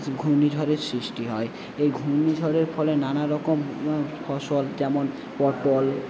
ঘূর্ণিঝড়ের সৃষ্টি হয় এই ঘূর্ণিঝড়ের ফলে নানারকমের ফসল যেমন পটল